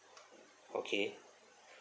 okay